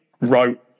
wrote